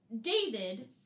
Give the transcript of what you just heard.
david